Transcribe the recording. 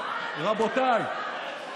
רבותיי,